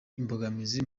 imbogamizi